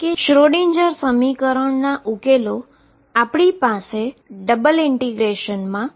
કે Schrödinger Schrödinger સમીકરણ ઉકેલો માટે અમારી પાસે ∫∫mndxmn